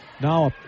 Now